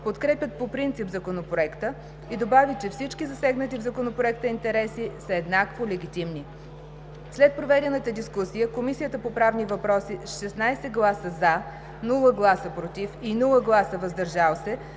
подкрепят по принцип Законопроекта и добави, че всички засегнати в Законопроекта интереси са еднакво легитимни. След проведената дискусия Комисията по правни въпроси с 16 гласа „за“, без „против“ и „въздържали се“